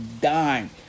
dime